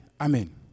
Amen